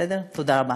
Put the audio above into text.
תודה רבה.